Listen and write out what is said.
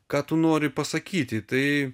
ką tu nori pasakyti tai